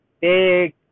big